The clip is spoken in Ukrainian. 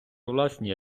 власні